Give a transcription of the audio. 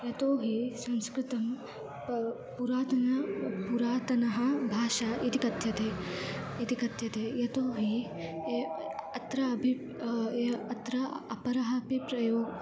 यतोऽहि संस्कृतं पुरातनी पुरातनी भाषा इति कथ्यते इति कथ्यते यतोऽहि ये अत्र अभि ए अत्र अपरः अपि प्रयोगः